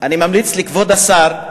אני ממליץ לכבוד השר,